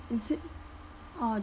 is it orh